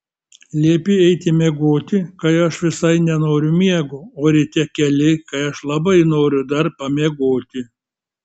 liepi eiti miegoti kai aš visai nenoriu miego o ryte keli kai aš labai noriu dar pamiegoti